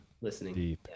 listening